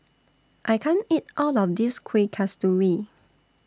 I can't eat All of This Kueh Kasturi